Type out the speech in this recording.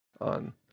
on